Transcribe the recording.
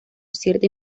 cierta